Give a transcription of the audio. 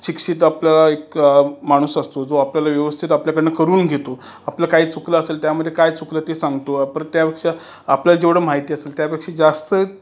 शिक्षित आपल्याला एक माणूस असतो जो आपल्याला व्यवस्थित आपल्याकडनं करून घेतो आपलं काय चुकलं असेल त्यामध्ये काय चुकलं ते सांगतोआ परत त्यापेक्षा आपल्याला जेवढं माहिती असेल त्यापेक्षा जास्त